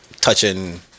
touching